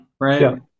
right